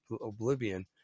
oblivion